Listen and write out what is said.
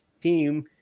team